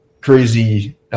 crazy –